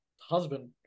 husband